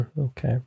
Okay